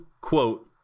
quote